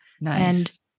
Nice